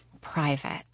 private